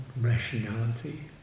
rationality